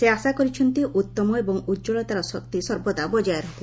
ସେ ଆଶା କରିଛନ୍ତି ଉତ୍ତମ ଏବଂ ଉଜ୍ଜଳତାର ଶକ୍ତି ସର୍ବଦା ବଜାୟ ରହ୍ର